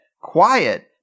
quiet